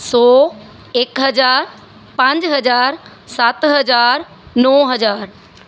ਸੌ ਇੱਕ ਹਜ਼ਾਰ ਪੰਜ ਹਜ਼ਾਰ ਸੱਤ ਹਜ਼ਾਰ ਨੌ ਹਜ਼ਾਰ